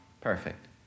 perfect